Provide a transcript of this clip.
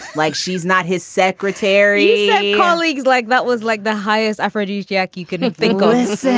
like she's not his secretary colleagues like that was like the highest aphrodisiac you couldn't think of and